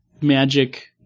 magic